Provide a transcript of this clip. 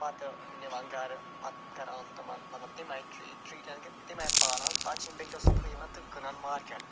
پتہٕ نِوان گَرٕ پتہٕ کران تِمَن مطلب تَمہِ آیہِ ٹرٛیٖٹ ٹرٛیٖٹ یعنی کہِ تَمہِ آیہِ پالان پتہٕ چھِ یِم بیٚکہِ دۄہ صُبحٲے یِوان تہٕ کٕنان مارکٮ۪ٹ